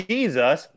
Jesus